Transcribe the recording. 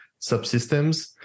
subsystems